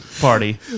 party